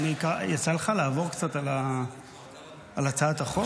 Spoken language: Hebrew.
יצא לך לעבור קצת על הצעת החוק?